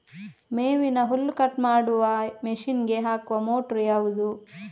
ಮೇವಿನ ಹುಲ್ಲು ಕಟ್ ಮಾಡುವ ಮಷೀನ್ ಗೆ ಹಾಕುವ ಮೋಟ್ರು ಯಾವುದು?